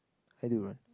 I do run